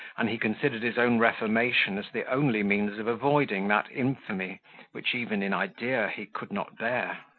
and he considered his own reformation as the only means of avoiding that infamy which even in idea he could not bear.